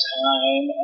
time